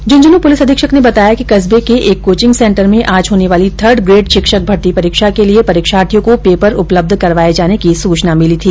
Jhunjhunu police अधीक्षक ने बताया कि कर्स्व के एक कोचिंग सेन्टर में आज होने वाली थर्ड ग्रेड शिक्षक भर्ती परीक्षा के लिए परीक्षार्थियों को पेपर उपलब्ध करवाये जाने की सूचना मिली थी